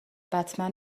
بتمن